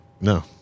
no